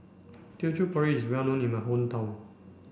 Teochew Porridge is well known in my hometown